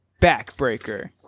backbreaker